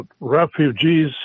refugees